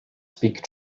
speak